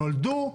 נולדו,